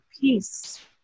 peace